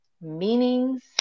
meanings